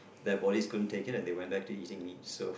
their bodies couldn't take it and they went back to eating meat so